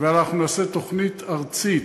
אנחנו נעשה תוכנית ארצית.